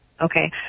okay